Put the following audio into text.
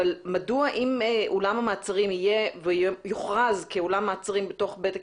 אבל מדוע אם אולם המעצרים יוכרז כאולם מעצרים בתוך בית הכלא,